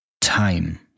Time